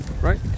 Right